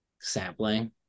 sampling